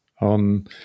on